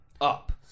up